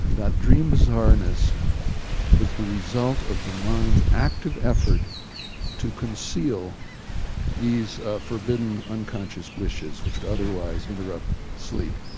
that dream bizarreness was the result of the mind's active effort to conceal these forbidden unconscious wishes, which would otherwise interrupt sleep.